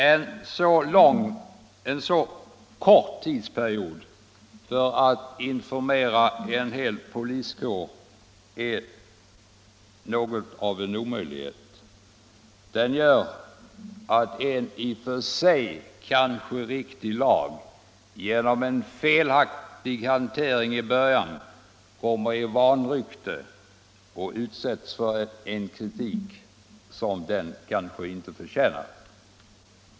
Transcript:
Att under så kort tidsperiod informera en hel poliskår är något av en omöjlighet. Den gör att en i och för sig kanhända riktig lag genom en felaktig hantering i början kommer i vanrykte och utsätts för en kritik som den kanske inte förtjänar.